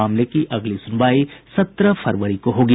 मामले की अगली सुनवाई सत्रह फरवरी को होगी